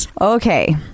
Okay